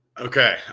Okay